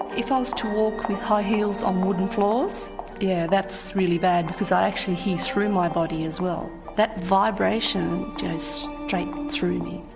if i was to walk with high heels on wooden floors yeah, that's really bad because i actually hear through my body as well. that vibration goes straight through me.